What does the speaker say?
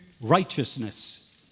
righteousness